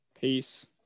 Peace